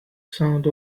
sound